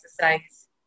exercise